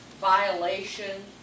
violation